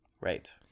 Right